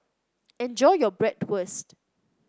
enjoy your Bratwurst